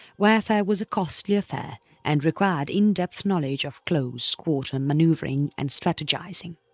warfare was a costly affair and required in-depth knowledge of close quarter manoeuvring and strategizing.